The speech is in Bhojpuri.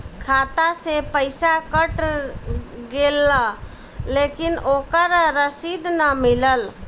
खाता से पइसा कट गेलऽ लेकिन ओकर रशिद न मिलल?